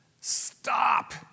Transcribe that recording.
stop